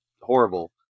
horrible